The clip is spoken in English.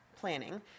planning